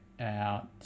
out